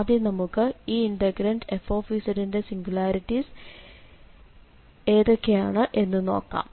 ആദ്യം നമുക്ക് ഈ ഇന്റഗ്രാന്റ് f ന്റെ സിംഗുലാരിറ്റീസ് ഏതൊക്കെയാണ് എന്ന് നോക്കാം